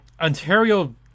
Ontario